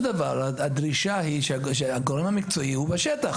דבר הדרישה היא שהגורם המקצועי הוא בשטח,